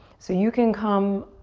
so you can come